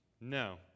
No